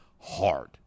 hard